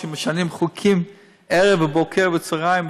כשמשנים חוקים ערב ובוקר וצוהריים,